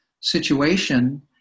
situation